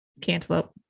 cantaloupe